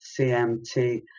CMT